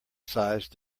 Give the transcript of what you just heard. size